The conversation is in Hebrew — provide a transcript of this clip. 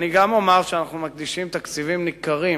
אני גם אומר שאנחנו מקדישים תקציבים ניכרים